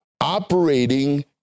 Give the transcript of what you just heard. operating